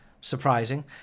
surprising